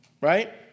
Right